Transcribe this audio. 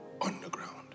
underground